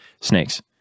snakes